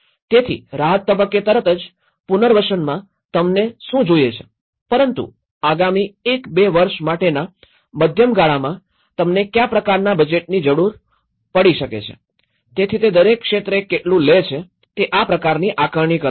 તેથી રાહત તબક્કે તરત જ પુનર્વસનમાં તમને શું જોઈએ છે પરંતુ આગામી ૧ ૨ વર્ષ માટેના મધ્યમ ગાળામાં તમને કયા પ્રકારના બજેટની જરૂર પડી શકે છે તેથી તે દરેક ક્ષેત્રે કેટલું લે છે તે આ પ્રકારની આકારણી કરે છે